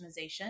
customization